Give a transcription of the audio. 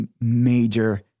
major